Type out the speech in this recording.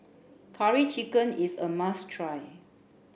curry chicken is a must try